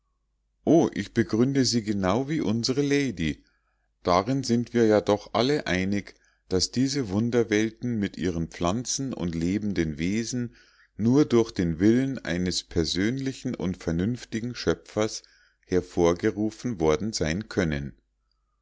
o ich begründe sie genau wie unsre lady darin sind wir ja doch alle einig daß diese wunderwelten mit ihren pflanzen und lebenden wesen nur durch den willen eines persönlichen und vernünftigen schöpfers hervorgerufen worden sein können